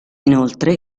inoltre